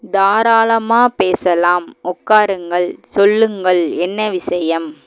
தாராளமாக பேசலாம் உட்காருங்கள் சொல்லுங்கள் என்ன விஷயம்